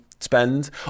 spend